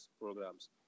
programs